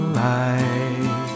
light